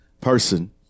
person